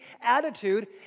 attitude